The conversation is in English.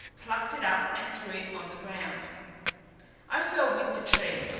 plucked it up, and threw it on the ground i fell with the tree,